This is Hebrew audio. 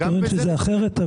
טוען שזה אחרת,